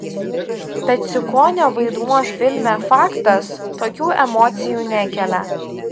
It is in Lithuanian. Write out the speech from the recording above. peciukonio vaidmuo filme faktas tokių emocijų nekelia